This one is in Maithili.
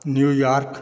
न्यूयार्क